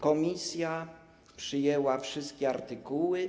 Komisja przyjęła wszystkie artykuły.